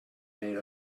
made